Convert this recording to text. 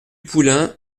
poulain